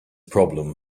problem